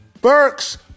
Burks